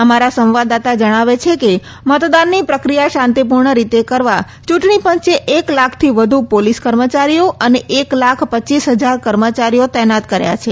અમારા સંવાદદાતા જણાવે છે કે મતદાનની પ્રક્રિયા શાંતિપૂર્ણ રીતે કરવા ચૂંટણીપંચે એક લાખથી વ્ધ પોલીસ કર્મચારીઓ અને એક લાખ પચ્ચીસ હજાર કર્મચારીઓ તૈનાત કર્યા છે